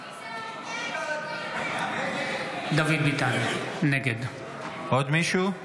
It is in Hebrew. (קורא בשם חבר הכנסת) דוד ביטן, נגד עוד מישהו?